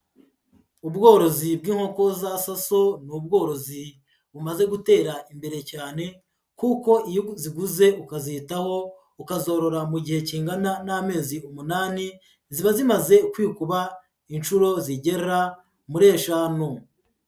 Ubworozi bw'inkoko za saso, ni ubworozi bumaze gutera imbere cyane kuko iyo uziguze ukazitaho, ukazorora mu gihe kingana n'amezi umunani, ziba zimaze kwikuba inshuro zigera muri eshanu.